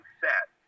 set